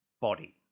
body